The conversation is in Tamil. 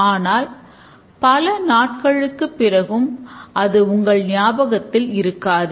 ஆனால் பல நாட்களுக்குப் பிறகு அது உங்கள் ஞாபகத்தில் இருக்காது